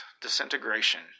Disintegration